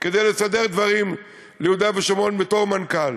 כדי לסדר דברים ליהודה ושומרון בתור מנכ"ל.